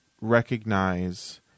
recognize